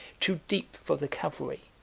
too deep for the cavalry,